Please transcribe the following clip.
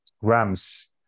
grams